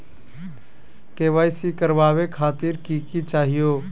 KYC करवावे खातीर कि कि चाहियो?